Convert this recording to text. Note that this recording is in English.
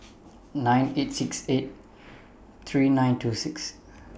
nine eight six eight three nine two six